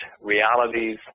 realities